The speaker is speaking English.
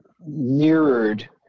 mirrored